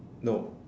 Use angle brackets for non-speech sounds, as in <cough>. no <breath>